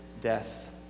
death